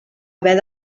haver